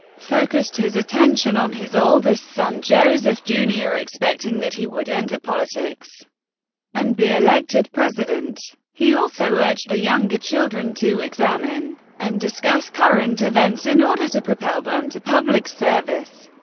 focused his attention on his oldest son, joseph jr. expecting that he would enter politics and be elected president. he also urged the younger children to examine and discuss current events in order to propel them to public service.